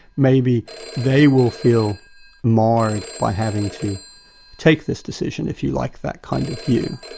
maybe they will feel marred by having to take this decision if you like that kind of view,